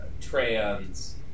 trans